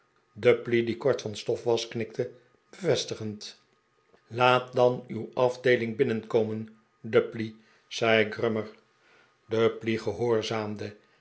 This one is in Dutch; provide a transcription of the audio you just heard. die kort van stof was knikte bevestigend laat dan uw afdeeling binnenkomen dubbley zei grummer dubbley gehoorzaamde